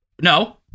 No